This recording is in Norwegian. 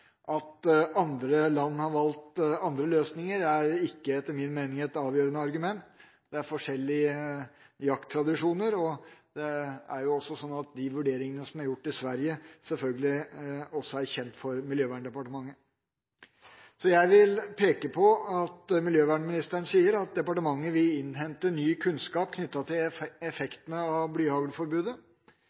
At andre land har valgt andre løsninger, er etter min mening ikke et avgjørende argument. Det er forskjellige jakttradisjoner. Det er også sånn at de vurderingene som er gjort i Sverige, sjølsagt også er kjent for Miljøverndepartementet. Jeg vil peke på at miljøvernministeren sier at departementet vil innhente ny kunnskap knyttet til effektene av